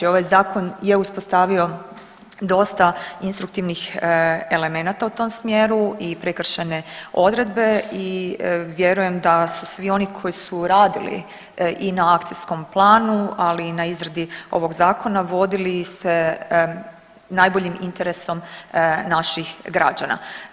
Ovaj zakon je uspostavio dosta instruktivnih elemenata u tom smjeru i prekršajne odredbe i vjerujem da su svi oni koji su radili i na akcijskom planu, ali i na izradi ovog zakona vodili se najboljim interesom naših građana.